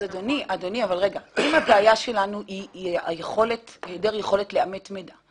אם הבעיה שלנו היא העדר יכולת לאמת מידע,